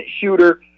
shooter